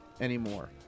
anymore